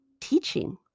teaching